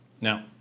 Now